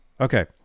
Okay